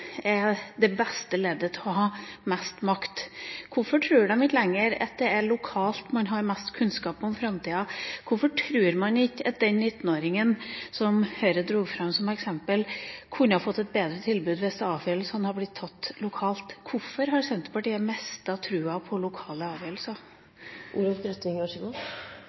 er det beste leddet til å ha mest makt? Hvorfor tror de ikke lenger at det er lokalt man har mest kunnskap om framtida? Hvorfor tror man ikke at den 19-åringen som Høyre dro fram som eksempel, kunne ha fått et bedre tilbud hvis avgjørelsene hadde blitt tatt lokalt? Hvorfor har Senterpartiet mistet troen på lokale avgjørelser?